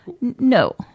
No